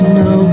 no